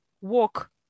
walk